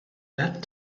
that